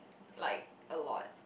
like a lot